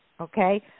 Okay